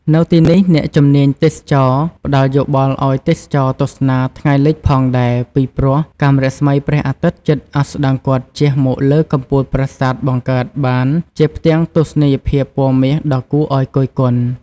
នៅទីនេះ អ្នកជំនាញទេសចរណ៍ផ្តល់យោបល់ឲ្យទេសចរទស្សនាថ្ងៃលិចផងដែរ ពីព្រោះ កាំរស្មីព្រះអាទិត្យជិតអស្តង្គតជះមកលើកំពូលប្រាសាទបង្កើតបានជាផ្ទាំងទស្សនីយភាពពណ៌មាសដ៏គួរឲ្យគយគន់។